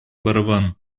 барабан